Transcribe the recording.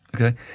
okay